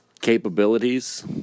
capabilities